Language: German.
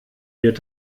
wird